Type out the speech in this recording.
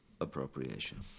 appropriation